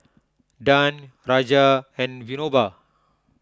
Dhyan Raja and Vinoba